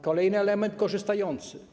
Kolejny element: korzystający.